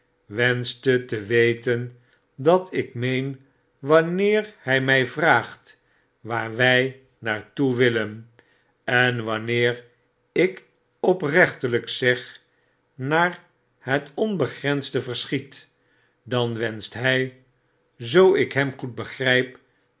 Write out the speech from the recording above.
heeren wenschtete weten wat ik meen wanneer hy mj vraagt waar wij naar toe willen en wanneer ik oprechtelp zeg naar het onbegrensde verschiet dan wenscht hij zoo ik hem goed